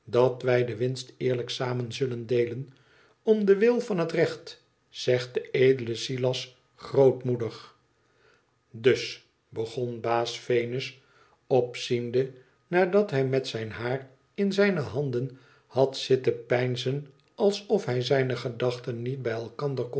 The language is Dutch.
dat wij de winst eerlijk samen zullen deelen om den wil van het recht zegt de edele silas grootmoedig das begon baas venus opziende nadat hij met zijn haar in zijne handen had zitten peinzen alsof hij zijne gedachten niet bij elkander